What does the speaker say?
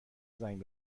زنگ